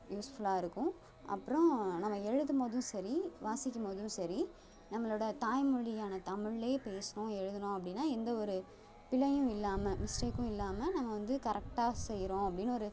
யூஸ்ஃபுல்லாக இருக்கும் அப்புறம் நம்ம எழுதும் போதும் சரி வாசிக்கும் போதும் சரி நம்மளோடய தாய் மொழியான தமிழ்லேயே பேசினோம் எழுதினோம் அப்படீன்னா எந்த ஒரு பிழையும் இல்லாமல் மிஸ்டேக்கும் இல்லாமல் நம்ம வந்து கரெக்டாக செய்கிறோம் அப்படீன்னு ஒரு